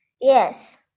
Yes